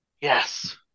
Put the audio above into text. Yes